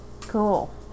Cool